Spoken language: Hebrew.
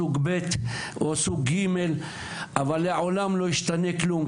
סוג ב' או סוג ג' אבל לעולם לא ישתנה כלום,